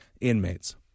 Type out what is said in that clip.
inmates